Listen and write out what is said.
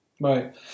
Right